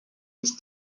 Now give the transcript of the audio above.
his